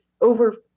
over